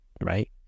right